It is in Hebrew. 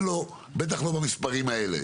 בטח לא במספרים האלה.